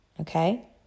okay